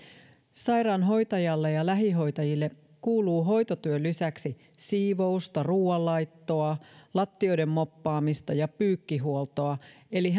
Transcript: sairaanhoitajille ja lähihoitajille kuuluu hoitotyön lisäksi siivousta ruuanlaittoa lattioiden moppaamista ja pyykkihuoltoa eli